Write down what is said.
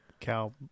cow